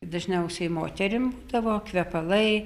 dažniausiai moterim būdavo kvepalai